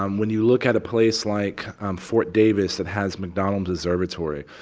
um when you look at a place like fort davis that has mcdonald observatory,